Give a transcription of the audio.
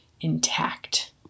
intact